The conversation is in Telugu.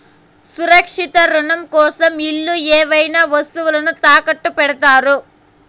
సురక్షిత రుణం కోసం ఇల్లు ఏవైనా వస్తువులు తాకట్టు పెడతారు